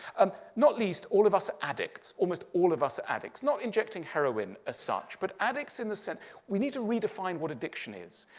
um not least all of us are addicts. almost all of us are addicts, not injecting heroin as such but addicts in the sense we need to redefine what addiction is.